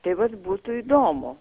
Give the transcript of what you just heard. tai vat būtų įdomu